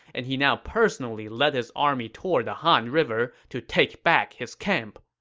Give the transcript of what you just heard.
and he now personally led his army toward the han river to take back his camp.